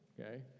okay